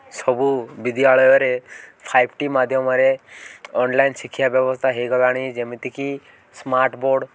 ସବୁ ବିଦ୍ୟାଳୟରେ five T ମାଧ୍ୟମରେ ଅନ୍ଲାଇନ୍ ଶିକ୍ଷା ବ୍ୟବସ୍ଥା ହେଇଗଲାଣି ଯେମିତିକି ସ୍ମାର୍ଟ ବୋର୍ଡ଼